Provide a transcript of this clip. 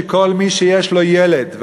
שכל מי שיש לו ילד,